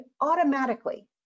automatically